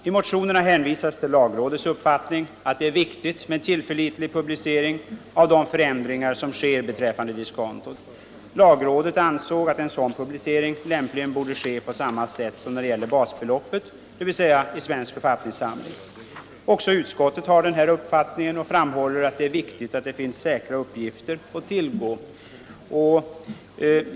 I motionerna hänvisas till lagrådets uppfattning att det är viktigt med tillförlitlig publicering av de förändringar som företas beträffande diskontot. Lagrådet ansåg att en sådan publicering lämpligen borde ske på samma sätt som när det gäller basbeloppet, dvs. i Svensk författningssamling. Också utskottet har samma uppfattning och framhåller att det är viktigt att det finns säkra uppgifter att tillgå.